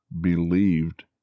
believed